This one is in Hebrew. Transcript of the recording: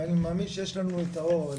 ואני מאמין שיש לנו את הרוב.